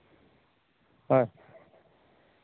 ᱦᱮᱸ